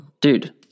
Dude